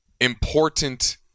important